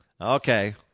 Okay